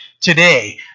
today